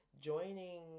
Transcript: joining